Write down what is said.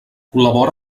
col·labora